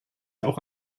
auch